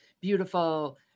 beautiful